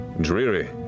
dreary